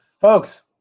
Folks